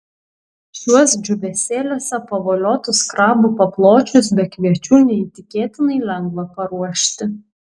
šiuos džiūvėsėliuose pavoliotus krabų papločius be kviečių neįtikėtinai lengva paruošti